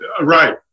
Right